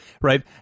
right